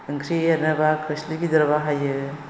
ओंख्रि एरनोब्ला खोस्लि गिदिर बाहायो